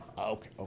Okay